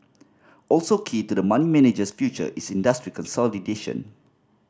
also key to the money manager's future is industry consolidation